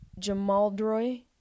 Jamaldroy